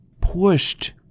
pushed